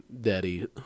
Daddy